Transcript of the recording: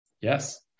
Yes